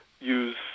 use